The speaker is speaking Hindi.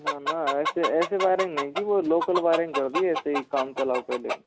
ना ना ऐसी ऐसी वाइरिंग नहीं थी वो लोकल वाइरिंग कर दी ऐसे ही कामचलाउ पहले